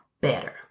better